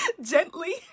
Gently